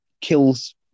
kills